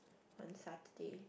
on Saturday